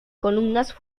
columnas